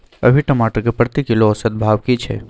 अभी टमाटर के प्रति किलो औसत भाव की छै?